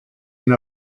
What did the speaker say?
and